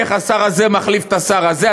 איך השר הזה מחליף את השר הזה,